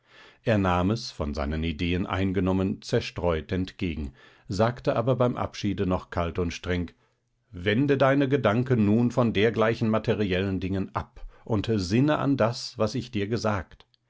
er nahm es von seinen ideen eingenommen zerstreut entgegen sagte aber beim abschiede noch kalt und streng wende deine gedanken nun von dergleichen materiellen dingen ab und sinne an das was ich dir gesagt